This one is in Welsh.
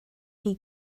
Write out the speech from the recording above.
chi